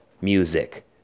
music